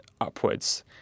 upwards